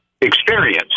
experience